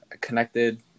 connected